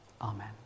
Amen